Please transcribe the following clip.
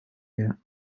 their